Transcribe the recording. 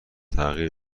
تغییر